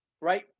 right